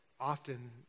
often